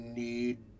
need